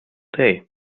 day